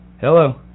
Hello